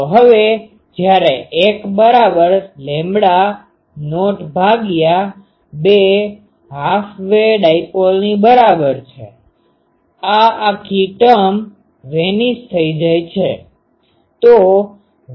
તો હવે જ્યારે l બરાબર લેમ્બડા નોટ ભાગ્યા 2 હાફ વે ડાઈપોલની બરાબર છે આ આખી ટર્મ termઅવધિ વેનીશvanishઅદૃશ્ય થઈ જાય છે